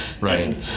Right